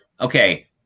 okay